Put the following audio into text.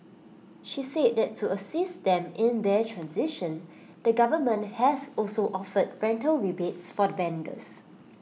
she said that to assist them in their transition the government has also offered rental rebates for the vendors